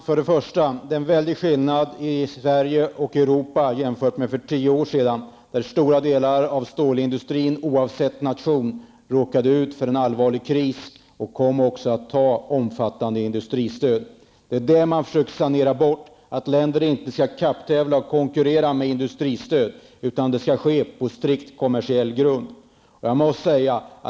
Herr talman! Det är en väldig skillnad jämfört med förhållandena i Sverige och i Europa för tio år sedan, då stora delar av stålindustrin, oavsett nation, råkade ut för en allvarlig kris och kom att få ett omfattande industristöd. Man har försökt sanera bort att länder kan kapptävla och konkurrera med industristöd. Konkurrensen skall ske på strikt kommersiell grund.